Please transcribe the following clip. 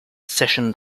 session